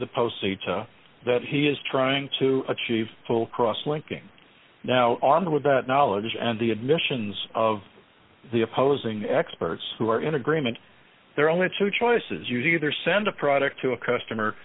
post that he is trying to achieve full cross linking now armed with that knowledge and the admissions of the opposing experts who are in agreement there are only two choices use either send a product to a customer